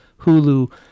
hulu